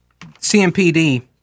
CMPD